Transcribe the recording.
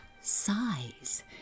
size